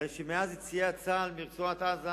הרי שמאז יציאת צה"ל מרצועת-עזה